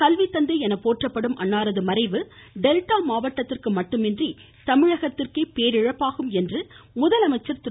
கல்வி தந்தை என போற்றப்படும் அன்னாரது மறைவு டெல்டா மாவட்டத்திற்கு மட்டுமின்றி தமிழகத்திற்கே பேரிழப்பாகும் என்று முதலமைச்சர் திரு